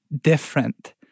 different